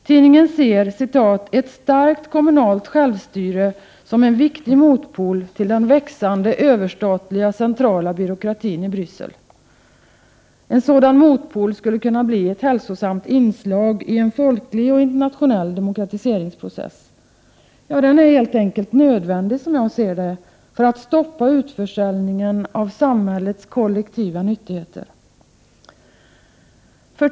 Tidningen ser ”ett starkt kommunalt självstyre som en viktig motpol till den växande överstatliga centrala byråkratin i Bryssel.” En sådan motpol skulle kunna bli ett hälsosamt inslag i en folklig och internationell demokratiseringsprocess. Ja, den är helt enkelt nödvändig, som jag ser det, för att stoppa utförsäljningen av samhällets kollektiva nyttigheter.